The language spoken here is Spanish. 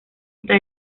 está